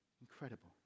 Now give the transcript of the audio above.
Incredible